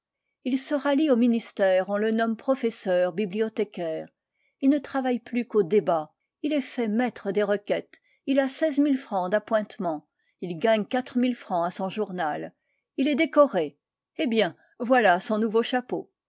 le savoir au ministère on le nomme professeur bibliothécaire il ne travaille plus qu'aux débats il est fait maître des requêtes il a seize mille francs d'appointements il gagne quatre mille francs à son journal il est décoré eh bien voilà son nouveau chapeau